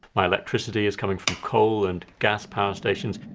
my electricity is coming from coal and gas power stations.